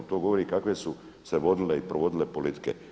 To govorim kakve su se vodile i provodile politike.